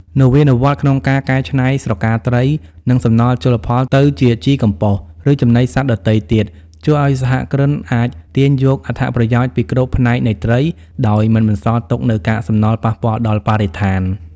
នវានុវត្តន៍ក្នុងការកែច្នៃស្រកាត្រី និងសំណល់ជលផលទៅជាជីកំប៉ុស្ត ឬចំណីសត្វដទៃទៀត ជួយឱ្យសហគ្រិនអាចទាញយកអត្ថប្រយោជន៍ពីគ្រប់ផ្នែកនៃត្រី ដោយមិនបន្សល់ទុកនូវកាកសំណល់ប៉ះពាល់ដល់បរិស្ថាន។